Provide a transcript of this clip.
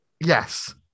Yes